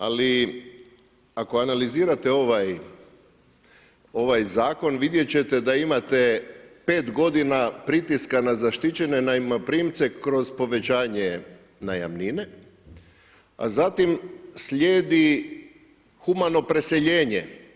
Ali, ako analizirate ovaj Zakon vidjet ćete da imate 5 godina pritiska na zaštićene najmoprimce kroz povećanje najamnine, a zatim slijedi humano preseljenje.